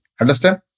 Understand